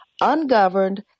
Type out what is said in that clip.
ungoverned